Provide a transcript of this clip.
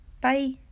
bye